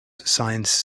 science